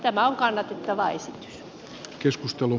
tämä on kannatettava esitys